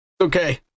Okay